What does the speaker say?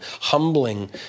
humbling